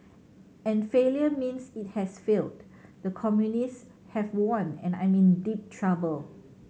and failure means it has failed the communist have won and I'm in deep trouble